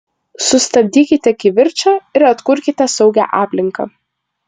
sustabdykite kivirčą ir atkurkite saugią aplinką